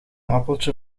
appeltje